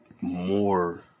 more